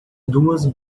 duas